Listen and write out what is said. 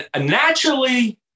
naturally